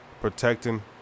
protecting